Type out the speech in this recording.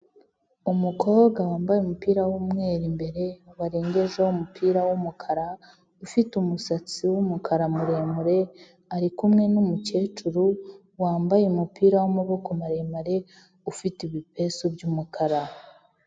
Umukobwa wambaye umupira w'umweru imbere warengejeho umupira w'umukara, ufite umusatsi w'umukara muremure, ari kumwe n'umukecuru wambaye umupira w'amaboko maremare ufite ibipesu by'umukara.